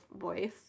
voice